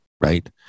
right